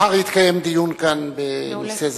מחר יתקיים דיון כאן בנושא זה,